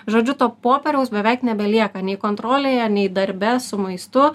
žodžiu to popieriaus beveik nebelieka nei kontrolėje nei darbe su maistu